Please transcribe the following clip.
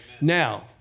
Now